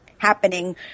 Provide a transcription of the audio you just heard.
happening